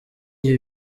iyo